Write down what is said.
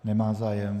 Nemá zájem.